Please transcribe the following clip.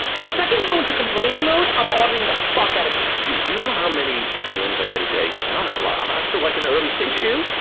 the second you go into complaining mode, i'm auditing the fuck out of you. g, do you know how many dms i get a day? and i don't have a lot. i'm i'm still liking early stages. two.